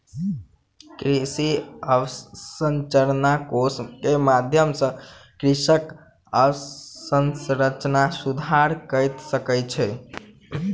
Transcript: कृषि अवसंरचना कोष के माध्यम सॅ कृषक अवसंरचना सुधार कय सकै छै